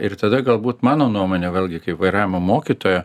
ir tada galbūt mano nuomone vėlgi kai vairavimo mokytojo